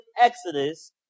exodus